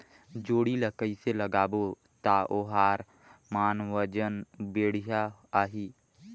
जोणी ला कइसे लगाबो ता ओहार मान वजन बेडिया आही?